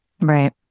Right